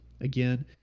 again